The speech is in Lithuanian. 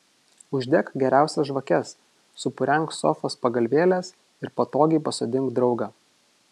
uždek geriausias žvakes supurenk sofos pagalvėles ir patogiai pasodink draugą